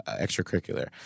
extracurricular